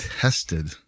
tested